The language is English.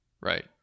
Right